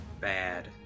bad